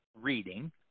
reading